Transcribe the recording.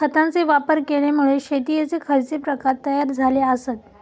खतांचे वापर केल्यामुळे शेतीयेचे खैचे प्रकार तयार झाले आसत?